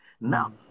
Now